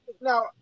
Now